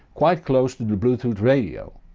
quite close to the bluetooth radio.